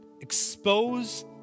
expose